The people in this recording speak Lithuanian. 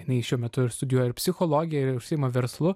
jinai šiuo metu ir studijuoja ir psichologiją ir užsiima verslu